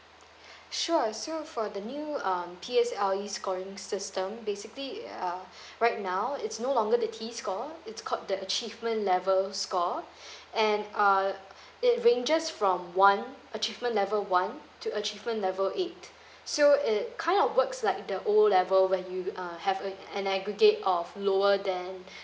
sure so for the new um P_S_L_E scoring system basically uh right now it's no longer the t score it's called the achievement level score and uh it ranges from one achievement level one to achievement level eight so it kind of works like the O level where you uh have a and aggregate of lower than